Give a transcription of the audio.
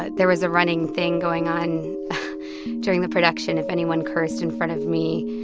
but there was a running thing going on during the production. if anyone cursed in front of me,